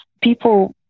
people